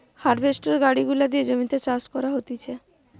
harvester গাড়ি গুলা দিয়ে জমিতে চাষ করা হতিছে